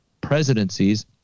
presidencies